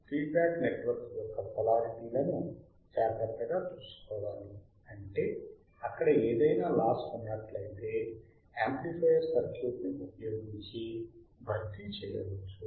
feed back network యొక్క పోలారిటీలను జాగ్రత్తగా చూసుకోవాలి అంటే అక్కడ ఏదైనా లాస్ ఉన్నట్లయితే యాంప్లిఫయర్ సర్క్యూట్ ఉపయోగించి భర్తీ చేయవచ్చు